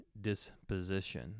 disposition